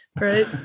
Right